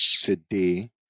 today